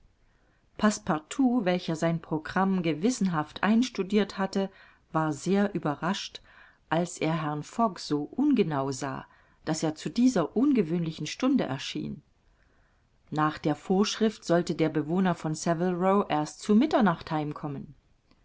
passepartout welcher sein programm gewissenhaft einstudirt hatte war sehr überrascht als er herrn fogg so ungenau sah daß er zu dieser ungewöhnlichen stunde erschien nach der vorschrift sollte der bewohner von saville row erst zu mitternacht